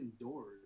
doors